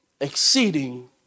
exceeding